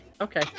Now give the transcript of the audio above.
okay